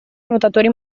nuotatori